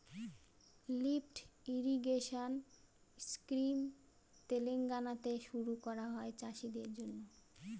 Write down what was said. lift irrigation scheme তেলেঙ্গানাতে শুরু করা হয় চাষীদের জন্য